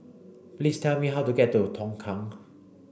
please tell me how to get to Tongkang